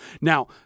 Now